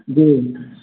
जी